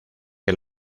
que